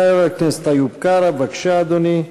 חבר הכנסת איוב קרא, בבקשה, אדוני.